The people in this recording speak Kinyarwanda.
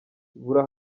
buri